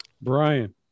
Brian